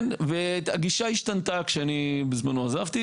והגישה השתנתה כשאני עזבתי בזמנו,